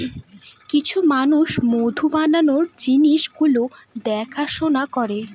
কিছু মানুষ মধু বানানোর জিনিস গুলো দেখাশোনা করে